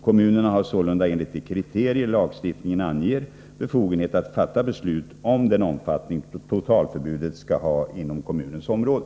Kommunen har sålunda enligt de kriterier lagstiftningen anger befogenhet att fatta beslut om den omfattning totalförbudet skall ha inom kommunens område.